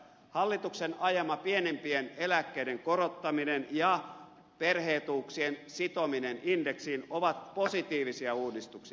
hallituksen ajamat pienimpien eläkkeiden korottaminen ja perhe etuuksien sitominen indeksiin ovat positiivisia uudistuksia